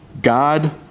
God